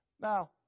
Now